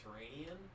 Mediterranean